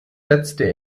setze